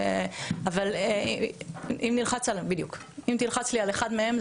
אבל אם תלחץ על אחד מהם,